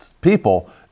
people